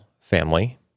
family